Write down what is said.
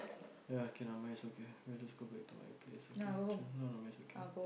ya can my it's okay I'll just go back to my place okay chill no no my it's okay